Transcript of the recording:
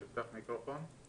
בבקשה.